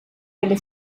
delle